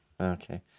okay